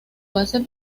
base